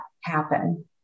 happen